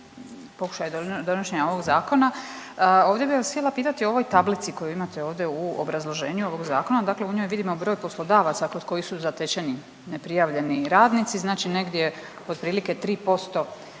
pokušaj donošenja ovog zakona. Ovdje bi vas htjela pitati o ovoj tablici koju imate ovdje u obrazloženju ovog zakona, dakle u njoj vidimo broj poslodavaca kod kojih su zatečeni neprijavljeni radnici, znači negdje otprilike 3%